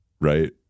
right